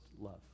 love